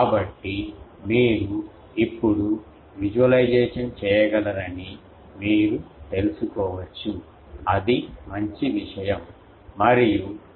కాబట్టి మీరు ఇప్పుడు విజువలైజ్చేయగలరని మీరు తెలుసుకోవచ్చు అది మంచి విషయం మరియు అది ఉపయోగించబడుతోంది